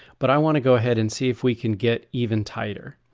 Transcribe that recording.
but i want to go ahead and see if we can get even tighter.